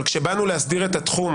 אבל כשבאנו להסדיר את התחום,